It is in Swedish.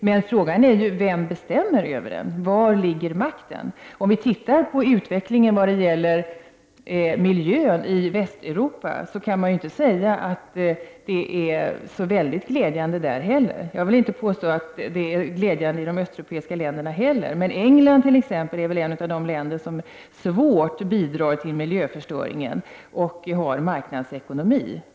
Men frågan är: Vem bestämmer över den? Var ligger makten? Om man ser på utvecklingen när det gäller miljön i Västeuropa kan man inte säga att det är så glädjande där heller. Jag vill inte påstå att det är glädjandei de östeuropeiska länderna, men t.ex. England är ett av de länder som svårt bidrar till miljöförstöringen och har marknadsekonomi.